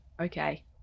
Okay